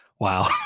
Wow